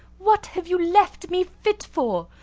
what have you left me fit for?